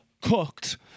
cooked